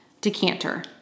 decanter